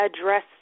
address